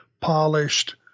polished